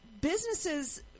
businesses